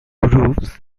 grooves